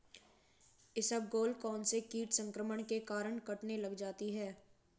इसबगोल कौनसे कीट संक्रमण के कारण कटने लग जाती है?